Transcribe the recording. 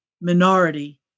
minority